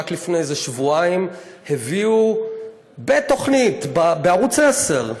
רק לפני איזה שבועיים הביאו בתוכנית בערוץ 10,